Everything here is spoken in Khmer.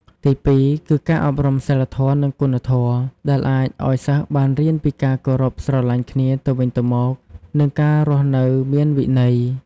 ទី២ គឺការអប់រំសីលធម៌និងគុណធម៌ ដែលអាចឲ្យសិស្សបានរៀនពីការគោរពស្រឡាញ់គ្នាទៅវិញទៅមកនិងការរស់នៅមានវិន័យ។